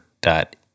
dot